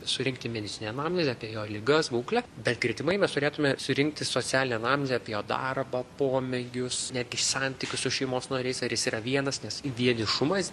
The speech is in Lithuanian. surinkti medicininę anamnezę apie jo ligas būklę bet gretimai mes turėtume surinkti socialinę anamnezę apie jo darbą pomėgius netgi santykius su šeimos nariais ar jis yra vienas nes vienišumas